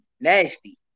Nasty